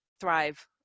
Thrive